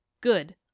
good